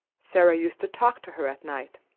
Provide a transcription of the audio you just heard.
sara used to talk to her at night.